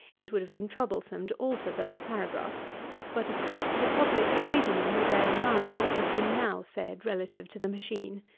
it would have been troublesome to alter those paragraphs but, of course, the public, in reading them, will bear in mind what has been now said relative to the machine.